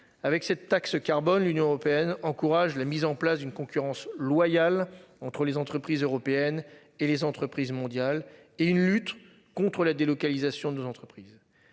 avec cette taxe carbone Union européenne encourage la mise en place d'une concurrence loyale entre les entreprises européennes et les entreprises mondiales et une lutte contre la délocalisation de nos entreprises.